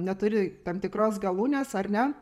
neturi tam tikros galūnės ar ne